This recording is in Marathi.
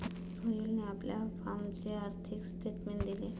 सोहेलने आपल्या फॉर्मचे आर्थिक स्टेटमेंट दिले